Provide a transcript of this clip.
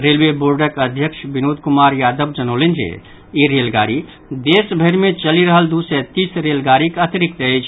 railway बोर्डक अध्यक्ष विनोद कुमार यादव जनौलनि जे ई रेलगाड़ी देशभरि मे चलि रहल दू सय तीस रेलगाड़ीक अतिरिक्त अछि